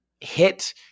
hit